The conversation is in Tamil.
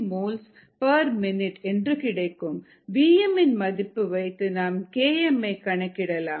Vm இன் மதிப்பு வைத்து நாம் Km ஐ கணக்கிடலாம்